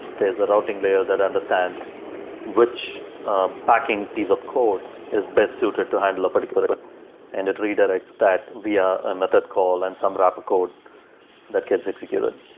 there's a routing layer that understands which backing piece of code is best suited to handle a particular request and it redirects that via a method called and some rapid code that gets executed.